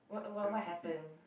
what what happen